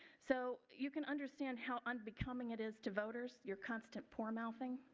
so you can understand how unbecoming it is to voters, your constant poor mouthing.